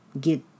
get